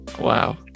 Wow